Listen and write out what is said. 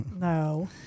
No